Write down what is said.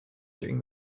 during